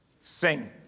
sing